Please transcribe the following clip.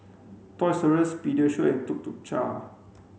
toys R Us Pediasure and Tuk Tuk Cha